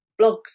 blogs